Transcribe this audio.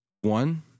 one